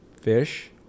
fish